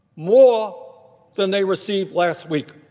more than they received last week.